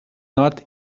not